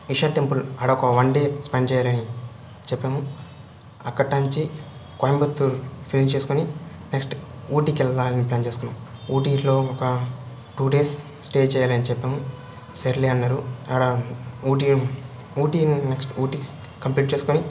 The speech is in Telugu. ఇషా టెంపుల్ ఆడొక వన్ డే స్పెండ్ చేయాలని చెప్పాము అక్కడి నుంచి కోయంబత్తూర్ ఫినిష్ చేసుకోని నెక్స్టు ఊటీ వెళ్ళాలని ప్లాన్ చేసుకున్నాము ఓటీలో ఒక టూ డేస్ స్టే చేయాలని చెప్పాము సర్లే అన్నారు ఆడ ఊటీ ఊటీ ఊటీ కంప్లీట్ చేసుకోని